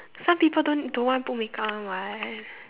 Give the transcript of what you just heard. some people don't don't want put make-up one [what]